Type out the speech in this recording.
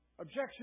Objection